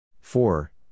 four